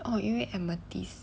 orh 因为 amethyst